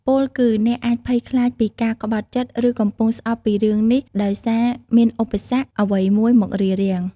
ពោលគឺ អ្នកអាច ភ័យខ្លាចពីការក្បត់ចិត្តឬកំពុងស្អប់ពីរឿងនេះដោយសារមានឧបសគ្គ អ្វីមួយមករារាំង។